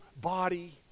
body